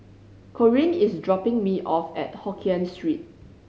Corene is dropping me off at Hokien Street